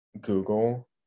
Google